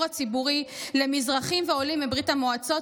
הציבורי למזרחים ועולים מברית המועצות,